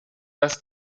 dass